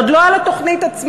עוד לא על התוכנית עצמה.